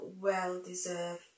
well-deserved